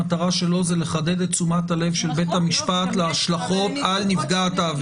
המטרה שלו היא לחדד את תשומת הלב של בית המשפט להשלכות על נפגעת העבירה.